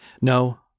No